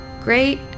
great